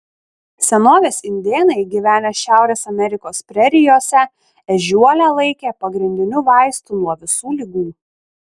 senovės indėnai gyvenę šiaurės amerikos prerijose ežiuolę laikė pagrindiniu vaistu nuo visų ligų